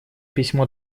письмо